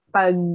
pag